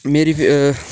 मेरी